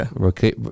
Okay